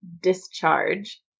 discharge